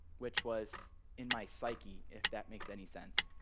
which was in my psyche if that makes any sense.